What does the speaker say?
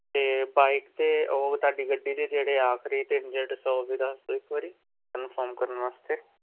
ਅਤੇ ਬਾਈਕ 'ਤੇ ਉਹ ਤੁਹਾਡੀ ਗੱਡੀ ਦੇ ਜਿਹੜੇ ਆਖਰੀ ਤਿੰਨ ਡੀਜਿਟਜ਼ ਉਹ ਵੀ ਦੱਸ ਦਿਓ ਇੱਕ ਵਾਰੀ ਕੰਫਰਮ ਕਰਨ ਵਾਸਤੇ